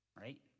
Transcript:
right